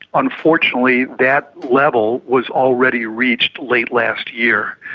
unfortunately that level was already reached late last year.